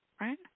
right